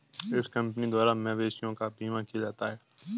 इस कंपनी द्वारा मवेशियों का बीमा किया जाता है